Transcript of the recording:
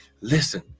Listen